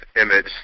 image